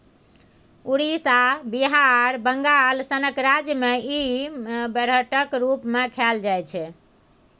उड़ीसा, बिहार, बंगाल सनक राज्य मे इ बेरहटक रुप मे खाएल जाइ छै